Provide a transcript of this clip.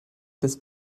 this